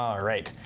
um right.